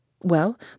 Well